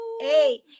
Hey